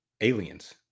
aliens